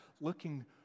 looking